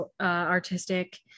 artistic